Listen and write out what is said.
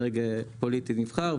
יכולה לתת את אישורה כדרג פוליטי נבחר,